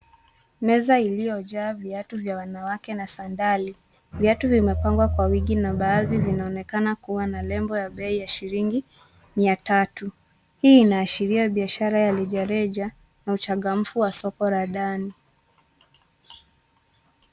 Meza iliyojaa viatu vya wanawake na sandali. Viatu vimepangwa kwa wingi, na baadhi vinaonekana. Kuna lebo ya bei ya shilingi mia tatu. Hii inaashiria biashara ya rejareja na uchangamfu wa soko la ndani.